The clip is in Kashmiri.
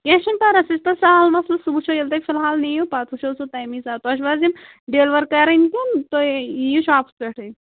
کیٚنٛہہ چھُنہٕ پَرواے سُہ چھُ پَتہٕ سَہَل مَسلہٕ سُہ وُچھَو ییٚلہِ تۄہہِ فِحال نِیو پَتہٕ وُچھَو سُہ تَمی ساتہٕ تۄہہِ چھَِوا تَم ڈِیلوَر کَرٕنۍ کِنہٕ تُہۍ یِیو شاپَس پٮ۪ٹھٕے